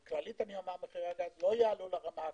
כללית, מחירי הגז לא יעלו לרמה הקודמת,